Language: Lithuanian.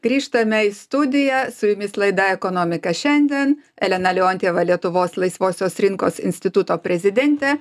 grįžtame į studiją su jumis laida ekonomika šiandien elena leontjeva lietuvos laisvosios rinkos instituto prezidentė